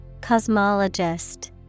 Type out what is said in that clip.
Cosmologist